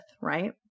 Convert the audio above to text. right